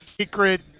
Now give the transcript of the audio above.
secret